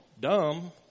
dumb